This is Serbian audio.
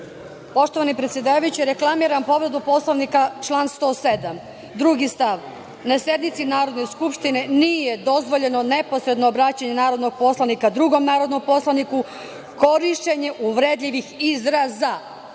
Poštovani predsedavajući, reklamiram povredu Poslovnika član 107. drugi stav, na sednici Narodne skupštine nije dozvoljeno neposredno obraćanje narodnog poslanika drugom narodnom poslaniku korišćenje uvredljivih izraza.